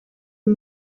uyu